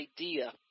idea